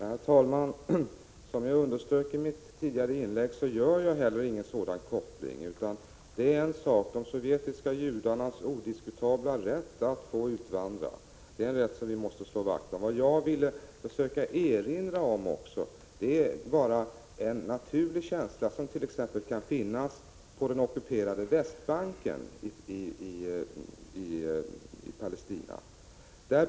Herr talman! Som jag underströk i mitt tidigare inlägg gör jag heller inte någon sådan koppling. De sovjetiska judarnas odiskutabla rätt att få utvandra är en sak — det är en rätt som vi måste slå vakt om. Vad jag också ville försöka erinra om är bara en naturlig känsla, som t.ex. kan finnas på den ockuperade Västbanken i Palestina.